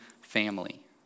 family